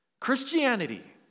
Christianity